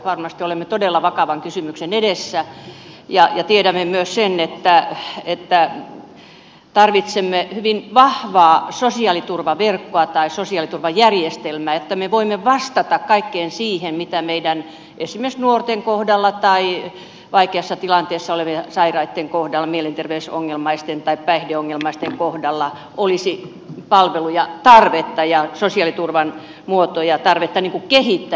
varmasti olemme todella vakavan kysymyksen edessä ja tiedämme myös sen että tarvitsemme hyvin vahvaa sosiaaliturvaverkkoa tai sosiaaliturvajärjestelmää että me voimme vastata kaikkeen siihen mitä tarvetta esimerkiksi meidän nuorten kohdalla tai vaikeassa tilanteessa olevien sairaitten kohdalla mielenterveysongelmaisten tai päihdeongelmaisten kohdalla olisi palveluja ja sosiaaliturvan muotoja kehittää